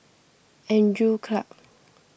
Andrew Clarke